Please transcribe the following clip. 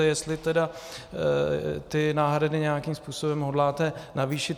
Jestli tedy ty náhrady nějakým způsobem hodláte navýšit.